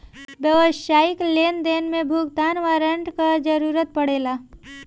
व्यावसायिक लेनदेन में भुगतान वारंट कअ जरुरत पड़ेला